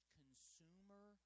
consumer